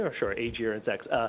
ah sure, age, year, and sex.